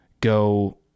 go